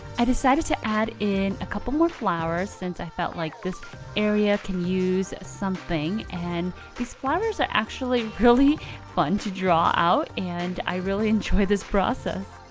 i decided to add in a couple more flowers since i felt like this area can use something. and these flowers are actually really fun to draw out. and i really enjoy this process.